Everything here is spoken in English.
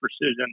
Precision